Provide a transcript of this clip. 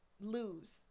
lose